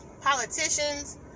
politicians